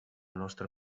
nostra